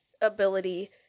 ability